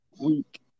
week